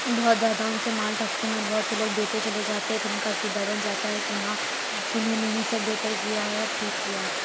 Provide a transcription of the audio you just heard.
بہت زیادہ ان سے مال ٹھگتے ہیں اور بہت سے لوگ دیتے چلے جاتے ہیں پھر ان کا عقیدہ بن جاتا ہے کہ ہاں انہوں نے ہی سب بہتر کیا ہے ٹھیک کیا ہے